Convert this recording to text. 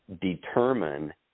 determine